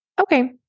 Okay